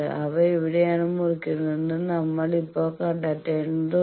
അവ എവിടെയാണ് മുറിക്കുന്നതെന്ന് നമ്മൾ ഇപ്പോൾ കണ്ടെത്തേണ്ടതുണ്ട്